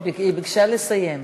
היא ביקשה לסיים.